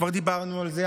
כבר דיברנו על זה,